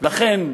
לכן,